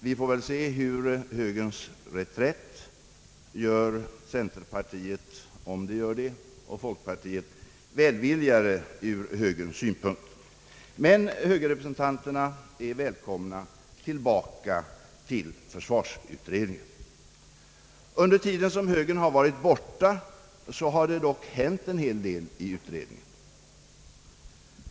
Vi får väl se om högerns reträtt gör centerpartiet och folkpartiet välvilligare ur högerns synpunkt. Högerrepresentanterna är emellertid välkomna tillbaka till försvarsutredningen. Under tiden som högern har varit borta har det dock hänt en hel del i utredningen.